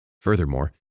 Furthermore